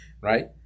Right